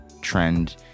trend